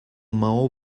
maó